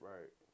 Right